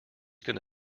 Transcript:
gonna